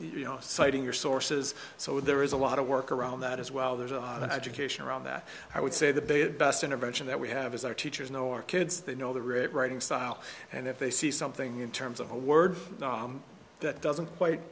you know citing your sources so there is a lot of work around that as well there's an education around that i would say that they had best intervention that we have as our teachers know our kids they know the writ writing style and if they see something in terms of a word that doesn't quite